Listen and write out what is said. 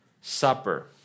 Supper